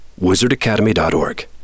wizardacademy.org